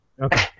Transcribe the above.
Okay